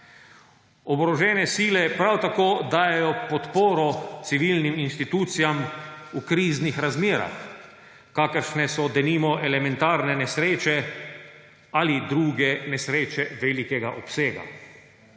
Oborožene sile prav tako dajejo podporo civilnim institucijam v kriznih razmerah, kakršne so denimo elementarne nesreče ali druge nesreče velikega obsega.